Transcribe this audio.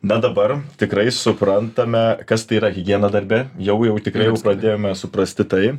na dabar tikrai suprantame kas tai yra higiena darbe jau jau tikrai pradėjome suprasti tai